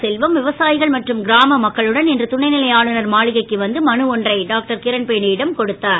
செல்வம் விவசாயிகள் மற்றும் கிராம மக்களுடன் இன்று துணைநிலை ஆளுநர் மாளிகைக்கு வந்து மனு ஒன்றை டாக்டர் கிரண்பேடி யிடம் கொடுத்தார்